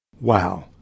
Wow